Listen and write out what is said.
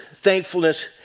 Thankfulness